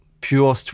pure